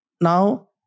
Now